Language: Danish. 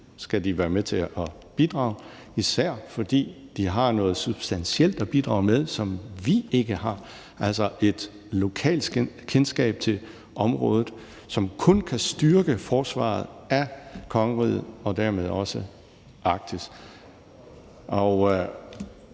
skal de være med til at bidrage, især fordi de har noget substantielt at bidrage med, som vi ikke har, altså et lokalkendskab til området, som kun kan styrke forsvaret af kongeriget og dermed også Arktis.